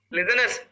Listeners